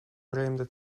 vreemde